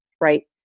right